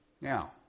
Now